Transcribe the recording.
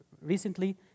recently